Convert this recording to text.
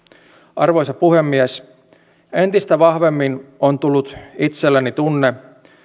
arvoisa puhemies entistä vahvemmin on tullut itselleni tunne